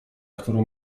którą